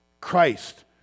Christ